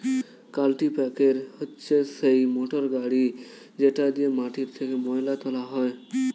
কাল্টিপ্যাকের হচ্ছে সেই মোটর গাড়ি যেটা দিয়ে মাটি থেকে ময়লা তোলা হয়